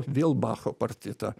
vėl bacho partita